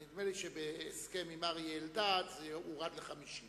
ונדמה לי שבהסכם עם אריה אלדד זה הורד ל-50.